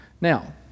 now